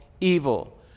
evil